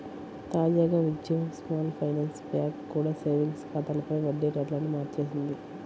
తాజాగా Ujjivan small finance bank కూడా savings ఖాతాలపై వడ్డీ రేట్లను మార్చేసింది